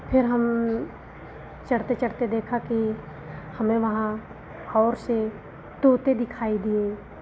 फिर हम चढ़ते चढ़ते देखा कि हमें वहाँ और से तोते दिखाई दिए